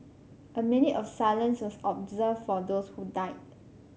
a minute of silence was observed for those who died